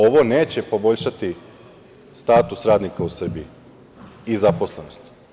Ovo neće poboljšati status radnika u Srbiji i zaposlenost.